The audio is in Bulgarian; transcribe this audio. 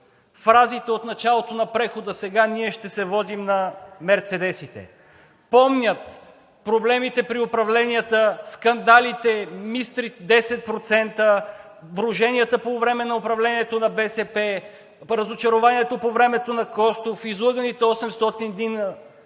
фразите от началото на прехода: „Сега ние ще се возим на мерцедесите!“ Помнят проблемите при управленията, скандалите, „Мистър 10%“, броженията по време на управлението на БСП, разочарованието по времето на Костов, излъганите 800